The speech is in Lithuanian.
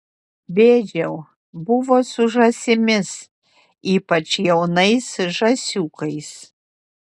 bėdžiau buvo su žąsimis ypač jaunais žąsiukais